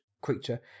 creature